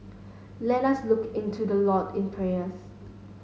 let us look into the Lord in prayers